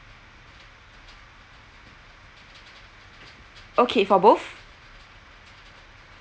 okay for both